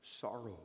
sorrow